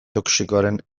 toxikoaren